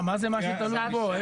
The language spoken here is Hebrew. מה זה מה שתלוי בו.